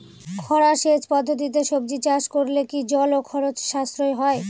খরা সেচ পদ্ধতিতে সবজি চাষ করলে কি জল ও খরচ সাশ্রয় হয়?